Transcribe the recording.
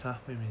!huh! really